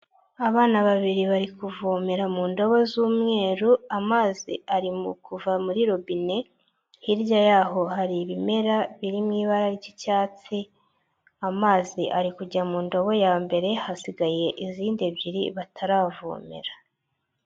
Abana babiri bari kuvomera mu ndobo z'umweru amazi ari mu kuva muri robine hirya y'aho hari ibimera biri mu ibara ry'icyatsi amazi ari kujya mu ndobo ya mbere hasigaye izindi ebyiri bataravomera.